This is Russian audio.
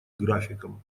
графиком